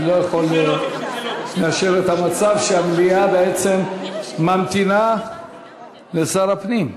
אני לא יכול לאשר את המצב שהמליאה בעצם ממתינה לשר הפנים.